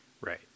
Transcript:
Right